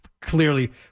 Clearly